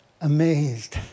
amazed